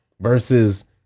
versus